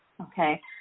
Okay